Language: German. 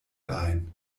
ein